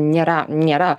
nėra nėra